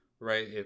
Right